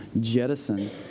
jettison